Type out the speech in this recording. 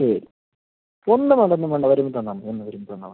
ശരി ഒന്നും വേണ്ട ഒന്നും വേണ്ട ഒരുമിച്ച് തന്നാൽ മതി എല്ലാം ഒരുമിച്ച് തന്നാൽ മതി